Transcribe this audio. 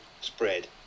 spread